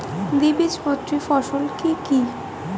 দ্বিবীজপত্রী ফসল কি কি?